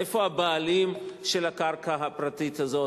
איפה הבעלים של הקרקע הפרטית הזאת?